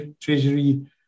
Treasury